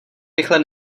rychle